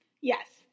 yes